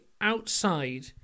outside